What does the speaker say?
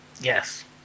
Yes